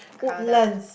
Woodlands